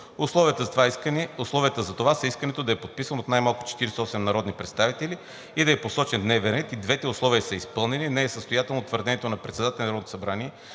Условията за това са искането да е подписано от най-малко 48 народни представители и да е посочен дневен ред. И двете условия са изпълнени. Не е състоятелно твърдението на председателя на Народното събрание,